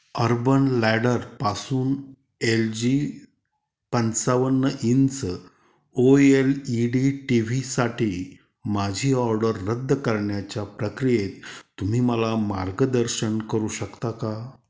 urban लॅडरपासून L G पंचावन्न inch O L E D T व्हीसाठी माझी ऑर्डर रद्द करण्याच्या प्रक्रियेत तुम्ही मला मार्गदर्शन करू शकता का